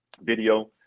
video